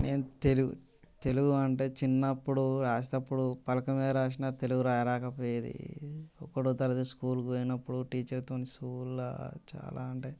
నేను తెలుగు తెలుగు అంటే చిన్నప్పుడు రాసేటప్పుడు పలక మీద రాసినా తెలుగు రా రాయకపోయేది ఒకటవ తరగతి స్కూల్కి పోయినప్పుడు టీచర్తో స్కూల్లో చాలా అంటే